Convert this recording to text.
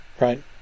Right